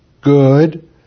good